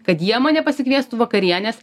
kad jie mane pasikviestų vakarienės